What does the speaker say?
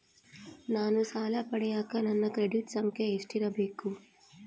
ನಾನು ಸಾಲ ಪಡಿಯಕ ನನ್ನ ಕ್ರೆಡಿಟ್ ಸಂಖ್ಯೆ ಎಷ್ಟಿರಬೇಕು?